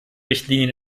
richtlinien